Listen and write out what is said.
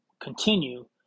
continue